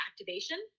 activation